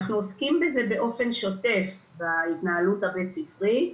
אנחנו עוסקים בזה באופן שוטף בהתנהלות הבית ספרית,